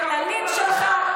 הכללים שלך.